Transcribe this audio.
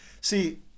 see